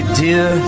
dear